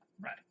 Right